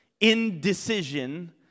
indecision